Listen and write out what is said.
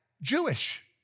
Jewish